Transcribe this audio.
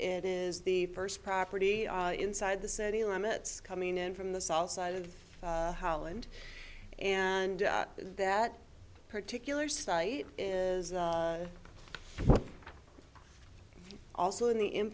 is the first property inside the city limits coming in from the south side of holland and that particular site is also in the in